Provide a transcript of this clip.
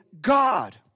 God